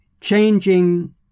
Changing